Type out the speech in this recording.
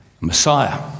Messiah